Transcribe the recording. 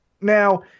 Now